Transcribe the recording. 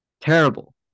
Terrible